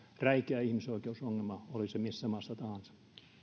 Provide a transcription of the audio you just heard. räikeä ihmisoikeusongelma oli se missä maassa tahansa